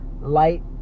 light